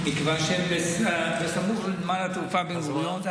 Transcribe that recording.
מכיוון שהם בסמוך לנמל התעופה בן-גוריון.